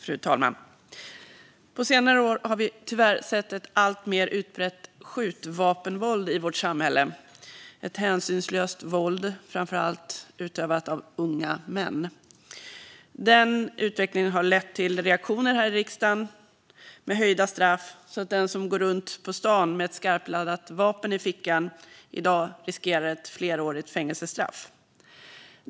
Fru talman! På senare år har vi tyvärr sett ett alltmer utbrett skjutvapenvåld i vårt samhälle - ett hänsynslöst våld, framför allt utövat av unga män. Den utvecklingen har lett till reaktioner här i riksdagen. Det har blivit höjda straff, så den som går runt på stan med ett skarpladdat vapen i fickan riskerar i dag ett flerårigt fängelsestraff.